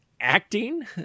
acting